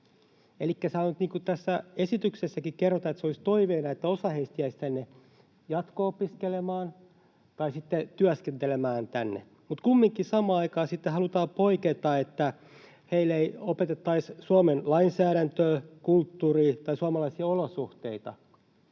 kuin tässä esityksessäkin kerrotaan, olisi toiveena, että osa heistä jäisi tänne jatko-opiskelemaan tai sitten työskentelemään. Mutta kumminkin samaan aikaan sitten halutaan poiketa, että heille ei opetettaisi Suomen lainsäädäntöä, kulttuuria tai suomalaisia olosuhteita,